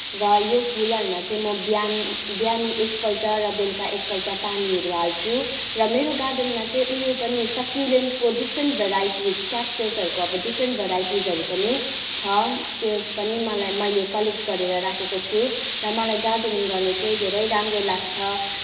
र यो फुलहरूमा चाहिँ म बिहान बिहानी एकपल्ट बेलुका एकपल्ट पानीहरू हाल्छु र मेरो गार्डनमा चाहिँ उयो पनि सकुलेन्टको डिफरेन्ट भेराइटिज केक्टसहरूको अब डिफरेन्ट भेराइटिजहरू पनि छ त्योहरू पनि मलाई मैले कलेक्ट गरेर राखेको छु र मलाई गार्डनिङ गर्न चाहिँ धेरै राम्रो लाग्छ